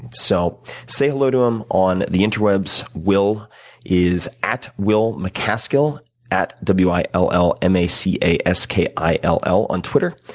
so say hello to him on the interwebs. will is at willmacaskill, at w i l l m a c a s k i l l on twitter.